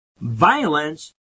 violence